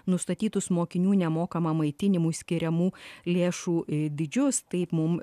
nustatytus mokinių nemokamam maitinimui skiriamų lėšų dydžius taip mum